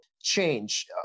change